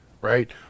right